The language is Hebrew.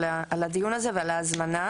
על הדיון הזה ועל ההזמנה.